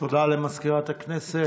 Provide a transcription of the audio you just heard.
תודה למזכירת הכנסת.